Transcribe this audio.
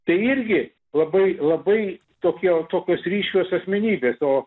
tai irgi labai labai tokio tokios ryškios asmenybės o